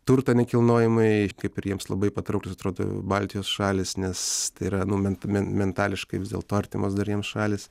turtą nekilnojamąjį kaip ir jiems labai patraukliai atrodo baltijos šalys nes tai yra nu ment men mentališkai vis dėlto artimos dar jiem šalys